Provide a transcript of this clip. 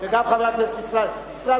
גם ישראל חסון.